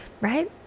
Right